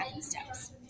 steps